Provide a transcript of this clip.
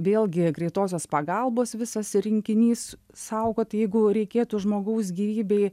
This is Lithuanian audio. vėlgi greitosios pagalbos visas rinkinys saugot jeigu reikėtų žmogaus gyvybei